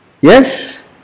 Yes